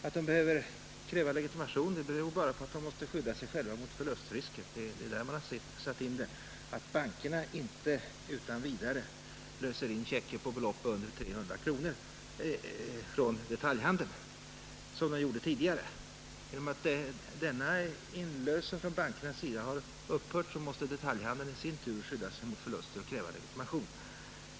Att de behöver kräva en sådan beror bara på att de måste skydda sig själva mot förlustrisker när bankerna inte längre utan vidare löser in checkar på belopp under 300 kronor från detaljhandeln som de gjorde tidigare. Genom att denna inlösen från bankernas sida upphör, måste detaljhandeln i sin tur skydda sig mot förluster och kräva legitimation.